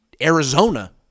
Arizona